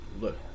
look